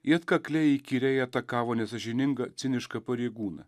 ji atkakliai įkyriai atakavo nesąžininga ciniška pareigūną